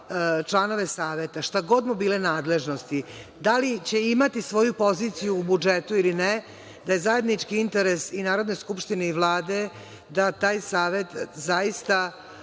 članove saveta, šta god mu bile nadležnosti, da li će imati svoju poziciju u budžetu ili ne, da je zajednički interes i Narodne skupštine i Vlade da taj savet zaista